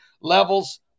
levels